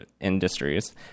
industries